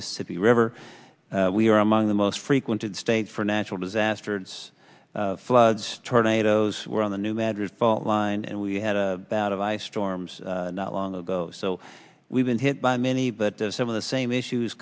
mississippi river we are among the most frequented states for natural disasters floods tornadoes were on the new madras fault line and we had a bout of ice storms not long ago so we've been hit by many but some of the same issues